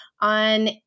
on